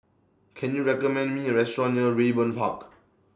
Can YOU recommend Me A Restaurant near Raeburn Park